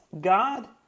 God